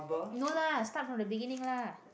no lah start from the beginning lah